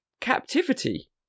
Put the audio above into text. captivity